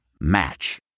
Match